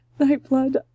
Nightblood